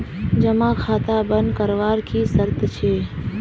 जमा खाता बन करवार की शर्त छे?